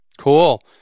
Cool